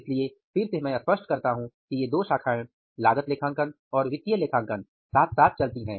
इसलिए फिर से मैं स्पष्ट करता हूं कि ये दो शाखाएं लागत लेखांकन और वित्तीय लेखांकन साथ साथ चलती हैं